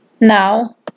Now